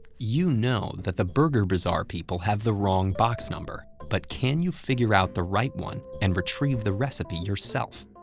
you know that the burger bazaar people have the wrong box number. but can you figure out the right one and retrieve the recipe yourself?